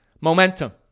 momentum